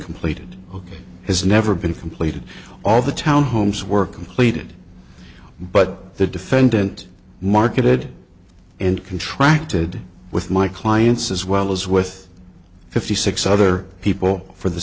completed ok has never been completed all the townhomes were completed but the defendant marketed and contract did with my clients as well as with fifty six other people for the